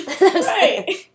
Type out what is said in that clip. Right